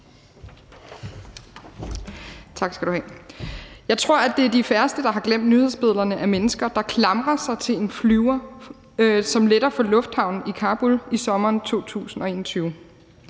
Tak skal du have. Jeg tror, at det er de færreste, der har glemt nyhedsbillederne fra sommeren 2021 af mennesker, der klamrer sig til en flyver, som letter fra lufthavnen i Kabul. Det var